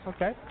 Okay